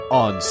on